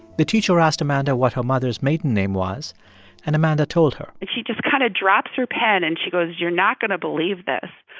the teacher asked amanda what her mother's maiden name was and amanda told her and she just kind of drops her pen. and she goes, you're not going to believe this,